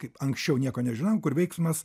kaip anksčiau nieko nežinojom kur veiksmas